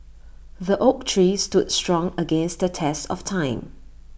the oak tree stood strong against the test of time